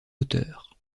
auteur